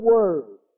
Word